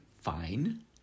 fine